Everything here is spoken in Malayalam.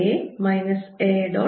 BB